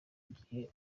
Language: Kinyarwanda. igihe